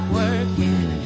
working